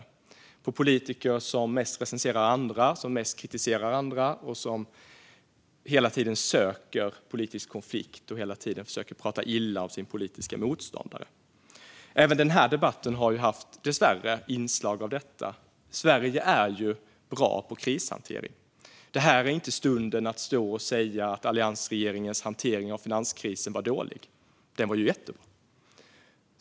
Jag upplever att man är trött på politiker som mest recenserar andra, kritiserar andra och hela tiden söker politisk konflikt och försöker tala illa om sina politiska motståndare. Även den här debatten har dessvärre haft inslag av detta. Sverige är bra på krishantering. Detta är inte rätt stund att stå och säga att alliansregeringens hantering av finanskrisen var dålig. Den var ju jättebra!